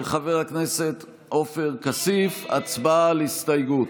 של חבר הכנסת עופר כסיף, הצבעה על ההסתייגות.